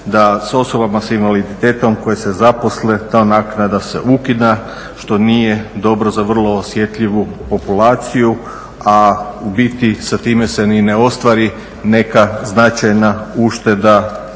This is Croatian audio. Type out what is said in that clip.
da s osobama sa invaliditetom koje se zaposle ta naknada se ukida što nije dobro za vrlo osjetljivu populaciju, a u biti sa time se ni ne ostvari neka značajna ušteda